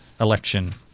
election